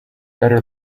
better